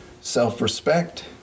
self-respect